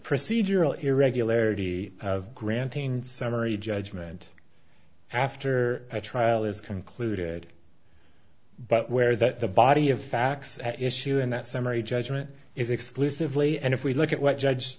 procedural irregularity of granting summary judgment after the trial is concluded but where that the body of facts at issue in that summary judgment is exclusively and if we look at what judge